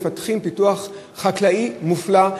מפתחים פיתוח חקלאי מופלא,